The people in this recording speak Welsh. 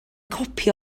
copi